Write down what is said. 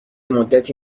مدتی